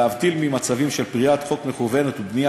להבדיל ממצבים של פריעת חוק מכוונת ובנייה